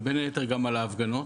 ובין היתר גם על ההפגנות,